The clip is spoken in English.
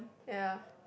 ya